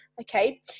okay